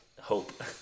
hope